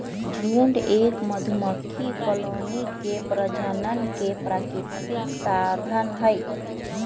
झुंड एक मधुमक्खी कॉलोनी के प्रजनन के प्राकृतिक साधन हई